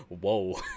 whoa